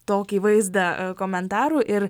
tokį vaizdą komentarų ir